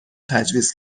تجویز